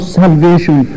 salvation